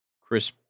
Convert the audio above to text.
Chris